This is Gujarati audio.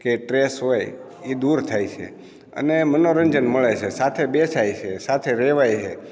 કે ટ્રેસ હોય એ દૂર થાય છે અને મનોરંજન મળે છે સાથે બેસાય છે સાથે રહેવાય છે